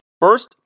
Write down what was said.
first